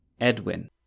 Edwin